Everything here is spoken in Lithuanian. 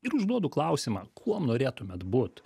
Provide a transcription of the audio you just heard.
ir užduodu klausimą kuo norėtumėt būt